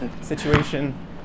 situation